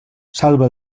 salva